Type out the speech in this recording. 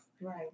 Right